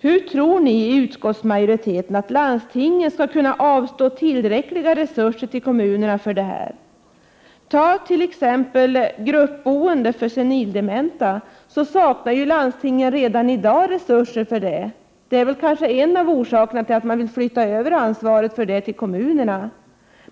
Hur tror ni i utskottsmajoriteten att landstingen skall kunna avstå tillräckliga resurser till kommunerna för detta? Ta som exempel gruppboendet för senildementa! För detta saknar landstingen redan i dag resurser. Det är kanske en av anledningarna till att man vill flytta över ansvaret till kommunerna.